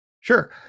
Sure